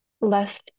less